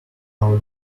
our